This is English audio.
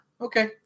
Okay